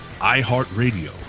iHeartRadio